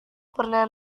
pernah